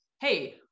hey